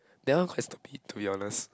that one quite stupid to be honest